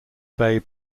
bay